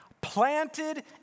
Planted